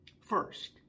First